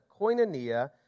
koinonia